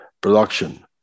production